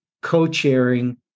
co-chairing